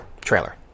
trailer